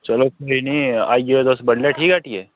चलो कोई नेईं आई जाएओ तुस बडलै ठीक ऐ हट्टियै ई